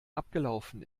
abgelaufen